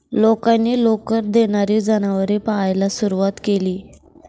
लोकांनी लोकर देणारी जनावरे पाळायला सुरवात केली